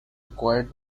required